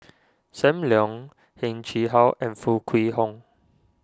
Sam Leong Heng Chee How and Foo Kwee Horng